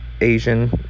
Asian